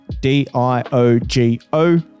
D-I-O-G-O